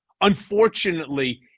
Unfortunately